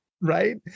Right